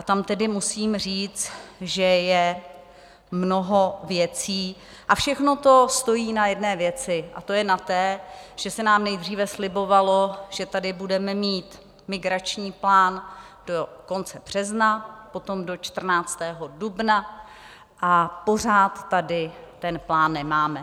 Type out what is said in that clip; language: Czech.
Tam tedy musím říct, že je mnoho věcí a všechno to stojí na jedné věci, to je na té, že se nám nejdříve slibovalo, že tady budeme mít migrační plán do konce března, potom do 14. dubna, a pořád tady ten plán nemáme.